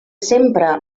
sempre